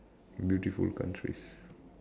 beautiful countries